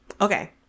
okay